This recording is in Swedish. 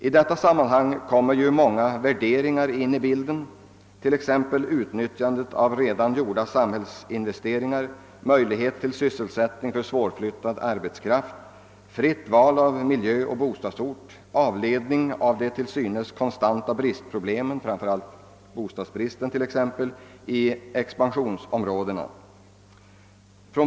I dessa sammanhang kommer många värderingar in i bilden, t.ex. utnyttjandet av redan gjorda samhällsinvesteringar, möjlighet till sysselsättning för svårflyttad arbetskraft, fritt val av miljö och bostadsort, avledning av de till synes konstanta bristproblemen — framför allt bostadsbristen i expansionsområdena.